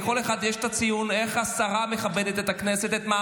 לכל אחד יש הציון איך השרה מכבדת את הכנסת,